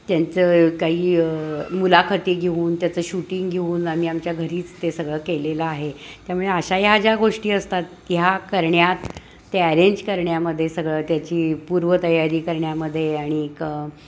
त्यांचं काही मुलाखती घेऊन त्याचं शूटिंग घेऊन आम्ही आमच्या घरीच ते सगळं केलेलं आहे त्यामुळे अशा ह्या ज्या गोष्टी असतात ह्या करण्यात त्या ॲरेंज करण्यामध्ये सगळं त्याची पूर्व तयारी करण्यामध्ये आणि एक